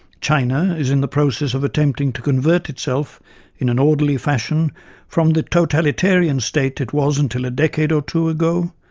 china is in the process of attempting to convert itself in an orderly fashion from the totalitarian state it was until a decade or two ago,